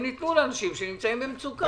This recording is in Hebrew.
הן ניתנו לאנשים שנמצאים במצוקה.